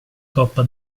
coppa